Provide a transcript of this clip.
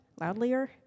loudlier